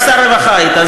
רק שר רווחה היית.